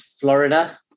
Florida